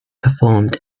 performed